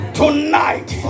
tonight